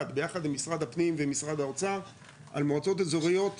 ביחד עם משרד הפנים ועם משרד האוצר על מועצות האזוריות,